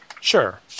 Sure